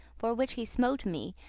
for which he smote me,